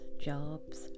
jobs